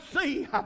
see